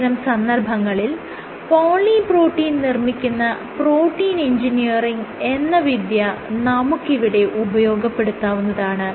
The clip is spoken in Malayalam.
ഇത്തരം സന്ദർഭങ്ങളിൽ പോളിപ്രോട്ടീൻ നിർമ്മിക്കുന്ന പ്രോട്ടീൻ എൻജിനീയറിങ് എന്ന വിദ്യ നമുക്ക് ഇവിടെ ഉപയോഗപ്പെടുത്താവുന്നതാണ്